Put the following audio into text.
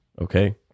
Okay